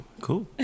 Cool